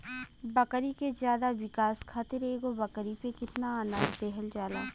बकरी के ज्यादा विकास खातिर एगो बकरी पे कितना अनाज देहल जाला?